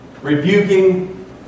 Rebuking